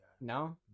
No